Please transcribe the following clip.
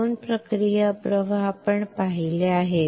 दोन प्रक्रिया प्रवाह आपण पाहिले आहेत